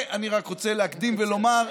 אני רק רוצה להקדים ולומר,